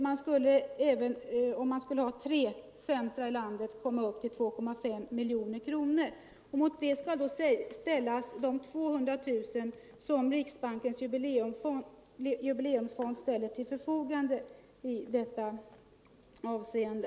Man skulle alltså, om man inrättade tre centra — dernas verksamhet, i landet, komma upp till 2,5 miljoner kronor. Mot det skall ställas de — m.m. 200 000 kronor som Riksbankens jubileumsfond bidrar med i detta avseende.